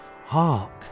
hark